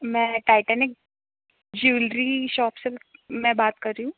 मैं Titanic jewellery shop से मैं बात कर रही हूँ